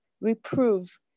reprove